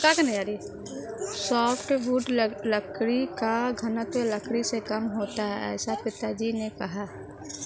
softwood लकड़ी का घनत्व लकड़ी से कम होता है ऐसा पिताजी ने कहा